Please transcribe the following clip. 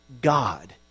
God